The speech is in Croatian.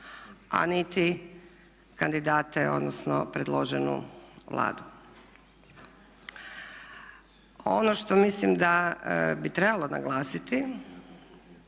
a niti kandidate, odnosno predloženu Vladu. Ono što mislim da bi trebalo naglasiti